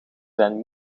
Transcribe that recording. zijn